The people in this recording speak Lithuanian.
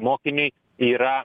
mokiniai yra